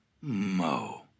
mo